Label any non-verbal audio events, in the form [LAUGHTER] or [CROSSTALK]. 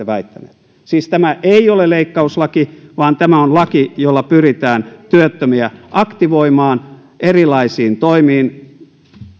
[UNINTELLIGIBLE] väittäneet siis tämä ei ole leikkauslaki vaan tämä on laki jolla pyritään työttömiä aktivoimaan erilaiseen toimintaan